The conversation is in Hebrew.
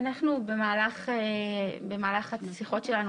במהלך השיחות שלנו,